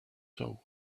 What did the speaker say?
soul